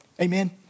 Amen